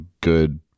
good